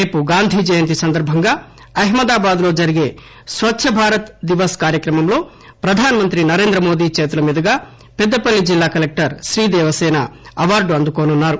రేపు గాంధీజయంతి సందర్భంగా అహ్మదాబాద్ లో జరిగే స్వచ్చ భారత్ దివస్ కార్యక్రమంలో ప్రధానమంత్రి నరేంద్రమోదీ చేతుల మీదుగా పెద్దపల్లి జిల్లాకలెక్టర్ శ్రీదేవసేన అవార్డు అందుకొనున్నారు